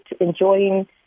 enjoying